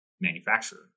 manufacturer